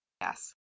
Yes